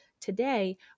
today